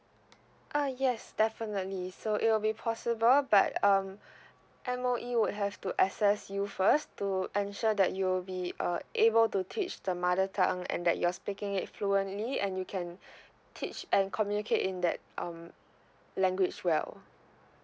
uh yes definitely so it will be possible but um M_O_E would have to assess you first to ensure that you will be uh able to teach the mother tongue and that you're speaking it fluently and you can teach and communicate in that um language well